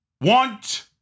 want